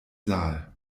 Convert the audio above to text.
saal